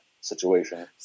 situation